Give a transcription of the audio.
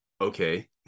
okay